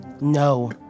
No